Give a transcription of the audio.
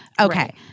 Okay